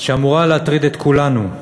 שאמורה להטריד את כולנו.